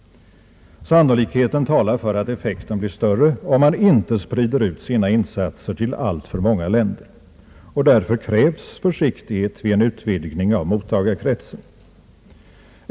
Sannolikheten talar för att effekten blir större om man inte sprider ut sina insatser till alltför många länder, och därför krävs försiktighet vid en utvidgning av mottagarkretsen.